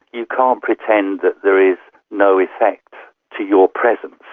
you can't pretend that there is no effect to your presence.